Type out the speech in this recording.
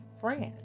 friends